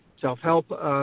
self-help